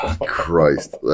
Christ